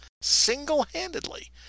single-handedly